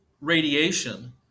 radiation